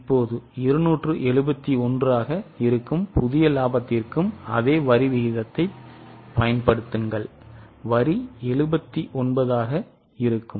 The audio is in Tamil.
இப்போது 271 ஆக இருக்கும் புதிய இலாபத்திற்கும் அதே வரி விகிதத்தைப் பயன்படுத்துங்கள் வரி 79 ஆக இருக்கும்